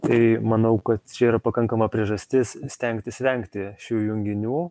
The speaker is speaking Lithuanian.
tai manau kad čia yra pakankama priežastis stengtis vengti šių junginių